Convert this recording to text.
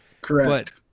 Correct